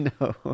No